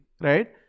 right